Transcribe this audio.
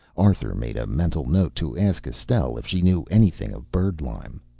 arthur made a mental note to ask estelle if she knew anything of bird-lime.